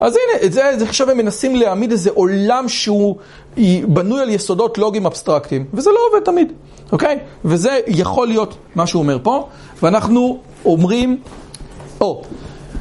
אז הנה, זה עכשיו הם מנסים להעמיד איזה עולם שהוא בנוי על יסודות לוגיים אבסטרקטיים, וזה לא עובד תמיד, אוקיי? וזה יכול להיות מה שאומר פה, ואנחנו אומרים